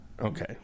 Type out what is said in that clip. Okay